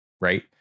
right